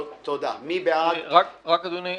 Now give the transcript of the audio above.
אדוני,